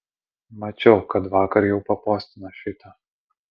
mačiau kad vakar jau papostino šitą